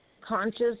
conscious